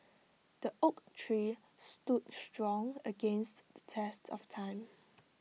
the oak tree stood strong against the test of time